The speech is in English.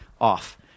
off